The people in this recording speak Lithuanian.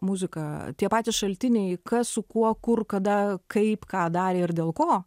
muzika tie patys šaltiniai kas su kuo kur kada kaip ką darė ir dėl ko